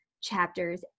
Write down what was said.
chapters